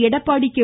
Edappadi K